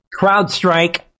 CrowdStrike